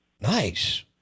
Nice